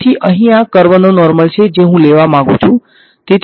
તેથી અહીં આ કર્વ નો નોર્મલ છે જે હું લેવા માંગુ છું